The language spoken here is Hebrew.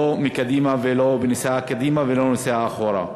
לא לנסיעה קדימה ולא לנסיעה אחורה.